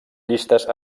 llistes